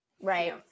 right